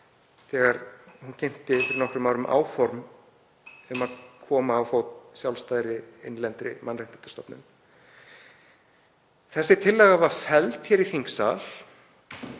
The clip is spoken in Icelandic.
þegar hún kynnti fyrir nokkrum árum áform um að koma á fót sjálfstæðri innlendri mannréttindastofnun. Breytingartillagan var felld hér í þingsal